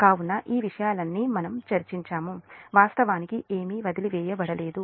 కాబట్టి ఈ విషయాలన్నీ మనం చర్చించాము వాస్తవానికి ఏమీ వదిలివేయబడలేదు